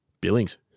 Billings